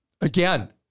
Again